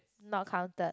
not counted